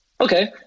Okay